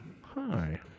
Hi